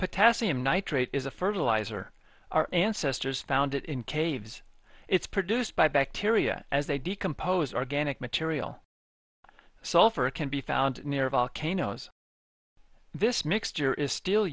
potassium nitrate is a fertilizer our ancestors found in caves it's produced by bacteria as they decompose organic material sulphur can be found near volcanoes this mixture is still